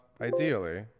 ideally